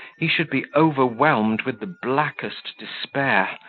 he should be overwhelmed with the blackest despair,